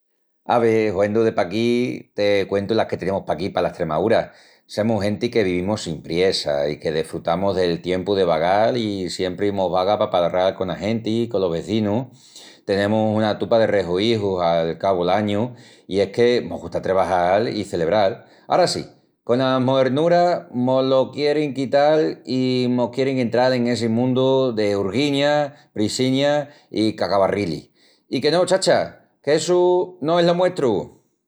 Ave, huendu de paquí te cuentu las que tenemus paquí pala Estremaúra. Semus genti que vivimus sin priessa i que desfrutamus del tiempu de vagal i siempri mos vaga pa palral cona genti i colos vezinus. Tenemus una tupa de rehuíjus al cabu'l añu i es que mos gusta trebajal i celebral. Ara sí, conas moernuras mo-lo quierin quital i mos quierin entral en essi mundu de hurguiñas, prissiñas i cagabarrilis. I que no, chacha! Qu'essu no es lo muestru!